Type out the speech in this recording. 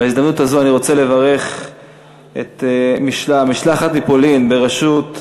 בהזדמנות הזו אני רוצה לברך משלחת מפולין בראשות גזֶ'גוֹז'